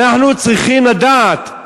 אנחנו צריכים לדעת,